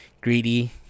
greedy